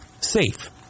safe